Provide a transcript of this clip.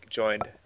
joined